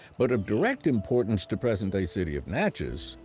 but of direct importance to present day city of natchez,